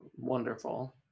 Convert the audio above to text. Wonderful